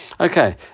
Okay